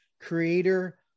creator